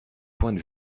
points